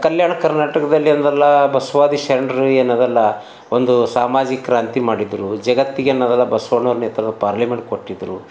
ಕಲ್ಯಾಣ ಕರ್ನಾಟಕದಲ್ಲಿ ಅಂದ್ರಲ ಬಸವಾದಿ ಶರಣರು ಏನದಲ್ಲ ಒಂದೂ ಸಾಮಾಜಿಕ ಕ್ರಾಂತಿ ಮಾಡಿದರು ಜಗತ್ತಿಗೇನದಲ್ಲ ಬಸವಣ್ಣ ನೆತ್ರದ ಪಾರ್ಲಿಮೆಂಟ್ ಕೊಟ್ಟಿದ್ರು